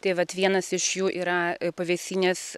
tai vat vienas iš jų yra pavėsinės